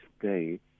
today